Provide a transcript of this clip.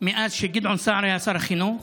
מאז שגדעון סער היה שר החינוך,